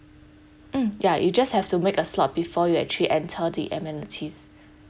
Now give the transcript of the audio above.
mm ya you just have to make a slot before you actually enter the amenities